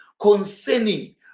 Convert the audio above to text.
concerning